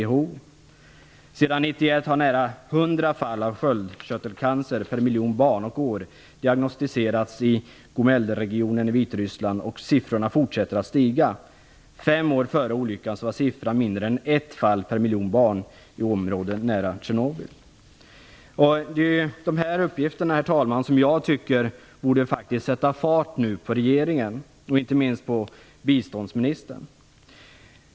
Sedan 1991 har nära 100 fall av sköldkörtelcancer per miljon barn och år diagnosticerats i Gomelregionen i Vitryssland och siffrorna fortsätter att stiga. Fem år före olyckan var siffran mindre än ett fall per miljon barn i områden nära Tjernobyl." Det är dessa uppgifter, herr talman, som jag tycker nu borde sätta fart på regeringen, inte minst på biståndsministern.